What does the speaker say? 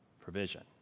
provision